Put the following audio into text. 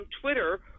Twitter